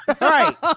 right